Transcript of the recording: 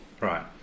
Right